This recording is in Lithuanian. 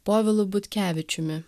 povilu butkevičiumi